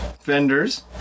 Fenders